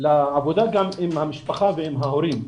לעבודה עם המשפחה ועם ההורים.